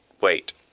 wait